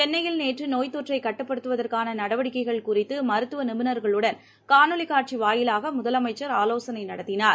சென்னையில் நேற்று நோய்த்தொற்றை கட்டுப்படுத்துவதற்கான நடவடிக்கைகள் குறித்து மருத்துவ நிபுணர்களுடன் காணொலி காட்சி வாயிலாக முதலமைச்சர் ஆலோசனை நடத்தினார்